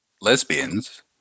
lesbians